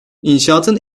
i̇nşaatın